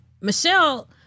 Michelle